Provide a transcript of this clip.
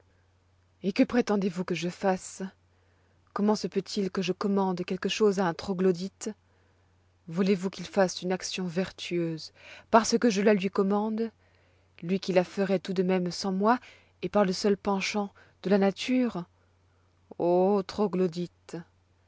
et que prétendez-vous que je fasse comment se peut-il que je commande quelque chose à un troglodyte voulez-vous qu'il fasse une action vertueuse parce que je la lui commande lui qui la feroit tout de même sans moi et par le seul penchant de la nature ô troglodytes